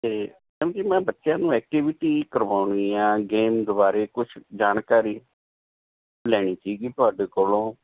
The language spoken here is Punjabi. ਅਤੇ ਮੈਮ ਜੀ ਮੈਂ ਬੱਚਿਆਂ ਨੂੰ ਐਕਟੇਵਿਟੀ ਕਰਵਾਉਣੀ ਹੈ ਗੇਮਜ਼ ਬਾਰੇ ਕੁਛ ਜਾਣਕਾਰੀ ਲੈਣੀ ਸੀਗੀ ਤੁਹਾਡੇ ਕੋਲੋਂ